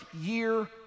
year